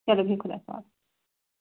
چلو بِہِو خۄدایَس حوالہٕ